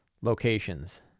locations